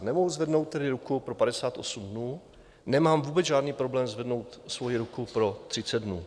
Nemohu zvednout tedy ruku pro 58 dnů, nemám vůbec žádný problém zvednout svoji ruku pro 30 dnů.